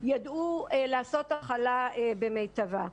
יידעו לעשות הכלה במיטבה.